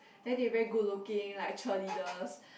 then they very good looking like cheerleaders